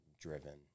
driven